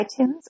iTunes